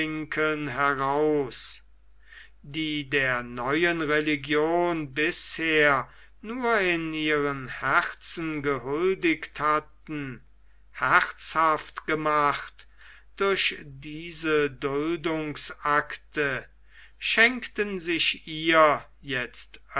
heraus die der neuen religion bisher nur in ihren herzen gehuldigt hatten herzhaft gemacht durch diese duldungsakte schenken sich ihr jetzt